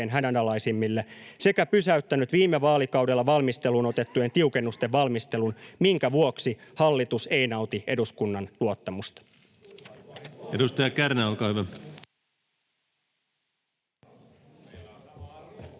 hädänalaisimmille, sekä pysäyttänyt viime vaalikaudella valmisteluun otettujen tiukennusten valmistelun, minkä vuoksi hallitus ei nauti eduskunnan luottamusta.” Edustaja Kärnä, olkaa hyvä.